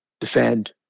Defend